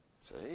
See